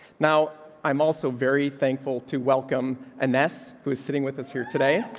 now i'm also very thankful to welcome. and guess who's sitting with us here today.